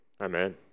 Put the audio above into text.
Amen